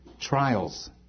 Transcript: trials